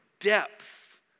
depth